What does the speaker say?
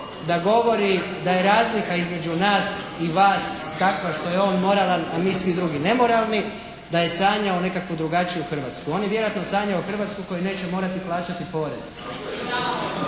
da govori da je razlika između nas i vas takva što je on moralan a mi svi drugi nemoralni, da je sanjao nekakvu drugačiju Hrvatsku. On je vjerojatno sanjao Hrvatsku u kojoj neće morati plaćati porez.